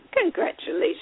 Congratulations